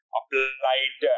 applied